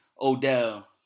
Odell